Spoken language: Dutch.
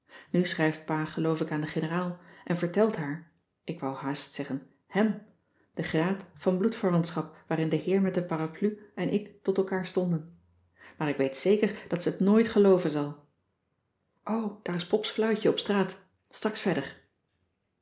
nu schrijft pa geloof ik aan de generaal en vertelt haar ik wou haast zeggen hem den graad van bloedverwantschap waarin de heer met de parapluie en ik tot elkaar stonden maar ik weet zeker dat ze t nooit gelooven zal o daar is pops fluitje op straat straks verder